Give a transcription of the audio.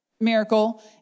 miracle